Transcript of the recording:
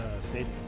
stadium